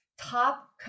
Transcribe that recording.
top